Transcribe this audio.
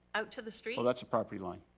out to the street? oh that's a property line.